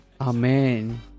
Amen